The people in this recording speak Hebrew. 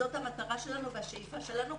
וזאת המטרה שלנו והשאיפה שלנו,